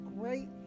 great